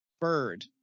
Bird